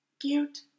Cute